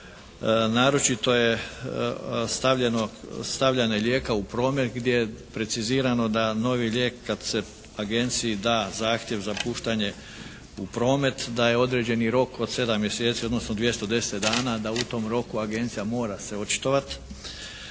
naročito je stavljanje lijeka u promet gdje je precizirano da novi lijek kad se agenciji da zahtjev za puštanje u promet da je određeni rok od 7 mjeseci, odnosno 210 dana da u tom roku agencija mora se očitovati.